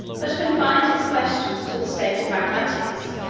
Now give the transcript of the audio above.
but confined his questions to the state of mathematics,